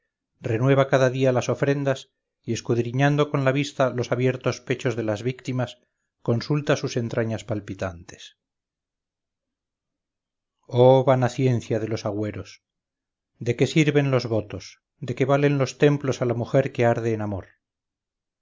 renueva cada día las ofrendas y escudriñando con la vista los abiertos pechos de las víctimas consulta sus entrañas palpitantes oh vana ciencia de los agüeros de qué sirven los votos qué valen los templos a la mujer que arde en amor